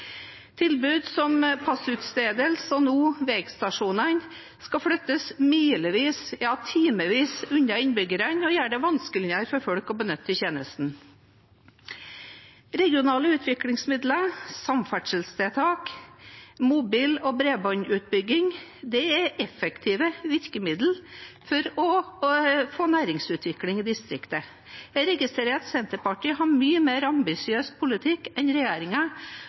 Tilbud som passutstedelse – og nå veistasjonene – skal flyttes milevis, ja, timevis unna innbyggerne, og det gjør det vanskeligere for folk å benytte tjenestene. Regionale utviklingsmidler, samferdselstiltak, mobil- og bredbåndsutbygging – dette er effektive virkemidler for å få næringsutvikling i distriktet. Jeg registrerer at Senterpartiet har en mye mer ambisiøs politikk enn